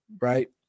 right